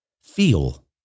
feel